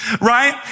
Right